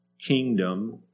kingdom